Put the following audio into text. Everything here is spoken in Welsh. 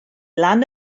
lan